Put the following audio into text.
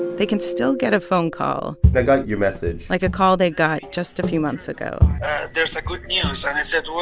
they can still get a phone call. i got your message. like a call they got just a few months ago there's a good news, ah